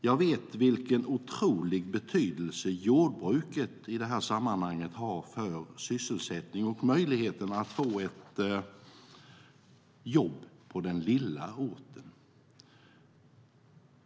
Jag vet vilken otrolig betydelse jordbruket har för sysselsättningen och möjligheten att få ett jobb på den lilla orten.